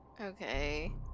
Okay